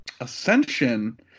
ascension